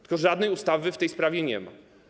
Tylko żadnej ustawy w tej sprawie nie ma.